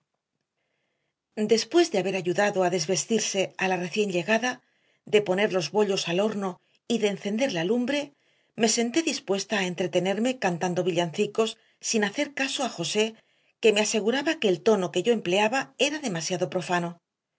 después de haber ayudado a desvestirse a la recién llegada de poner los bollos al horno y de encender la lumbre me senté dispuesta a entretenerme cantando villancicos sin hacer caso a josé que me aseguraba que el tono que yo empleaba era demasiado profano